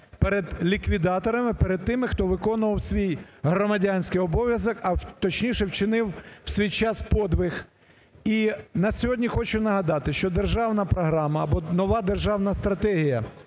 перед ліквідаторами, перед тими, хто виконував свій громадянський обов'язок, а точніше, вчинив в свій час подвиг. І на сьогодні хочу нагадати, що Державна програма або нова державна стратегія